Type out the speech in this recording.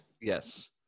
Yes